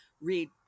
read